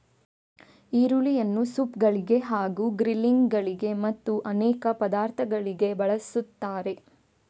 ಈರುಳ್ಳಿಯನ್ನು ಸೂಪ್ ಗಳಿಗೆ ಹಾಗೂ ಗ್ರಿಲ್ಲಿಂಗ್ ಗಳಿಗೆ ಮತ್ತು ಅನೇಕ ಪದಾರ್ಥಗಳಿಗೆ ಬಳಸುತ್ತಾರೆ